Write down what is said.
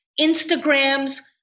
Instagrams